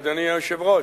אדוני היושב-ראש,